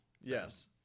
Yes